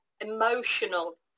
emotional